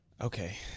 Okay